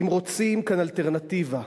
אם רוצים כאן אלטרנטיבה,